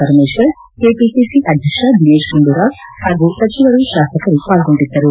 Parameshwar KPCC ಅಧ್ಯಕ್ಷ ದಿನೇಶ್ ಗುಂಡೂರಾವ್ ಹಾಗೂ ಸಚಿವರು ಶಾಸಕರು ಪಾಲ್ಗೊಂಡಿದ್ದರು